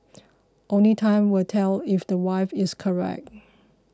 only time will tell if the wife is correct